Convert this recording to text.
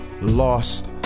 lost